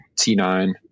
t9